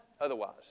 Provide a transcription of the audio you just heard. otherwise